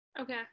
Okay